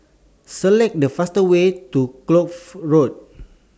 Select The fastest Way to Kloof Road